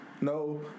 no